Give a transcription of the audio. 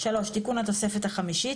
על מנת שיוכלו לבצע שם את ההתאמות הביטחוניות